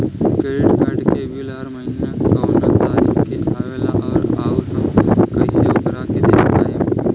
Credit card के bill हर महीना कौना तारीक के आवेला और आउर हम कइसे ओकरा के देख पाएम?